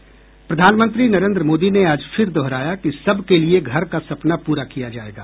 प्रधानमंत्री नरेन्द्र मोदी ने आज फिर दोहराया कि सबके लिए घर का सपना पूरा किया जायेगा